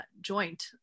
joint